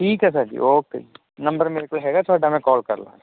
ਠੀਕ ਐ sir ji okay ji number ਮੇਰੇ ਕੋਲ ਹੈਗਾ ਤੁਹਾਡਾ ਮੈਂ ਕੌਲ ਕਰਲਾਂਗਾ